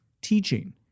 teaching